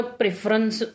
preference